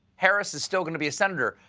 harris is still going to be a senator.